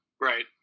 right